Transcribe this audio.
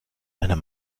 einer